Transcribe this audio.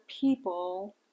people